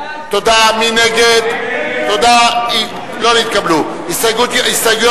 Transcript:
המסחר והתעסוקה (האגף לתעסוקת נשים,